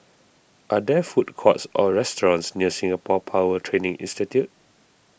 are there food courts or restaurants near Singapore Power Training Institute